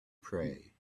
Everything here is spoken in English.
pray